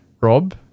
Rob